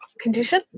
condition